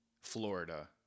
Florida